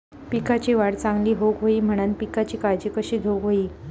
पिकाची वाढ चांगली होऊक होई म्हणान पिकाची काळजी कशी घेऊक होई?